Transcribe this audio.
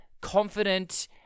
confident